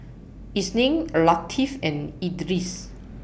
Isnin Latif and Idris